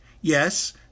yes